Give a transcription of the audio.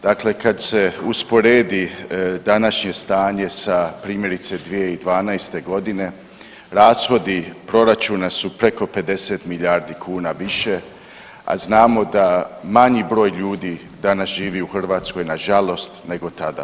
Dakle, kad se usporedi današnje stanje sa primjerice 2012. godine, rashodi proračuna su preko 50 milijardi kuna više, a znamo da manji broj ljudi danas živi u Hrvatskoj nažalost, nego tada.